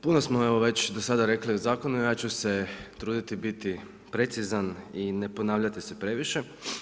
Puno smo evo već do sada rekli o zakonu i ja ću se truditi biti precizan i ne ponavljati se previše.